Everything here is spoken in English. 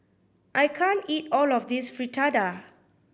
I can't eat all of this Fritada